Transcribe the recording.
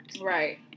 right